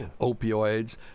Opioids